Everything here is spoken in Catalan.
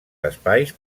espais